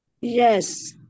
Yes